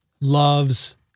loves